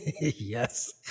Yes